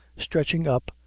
stretching up,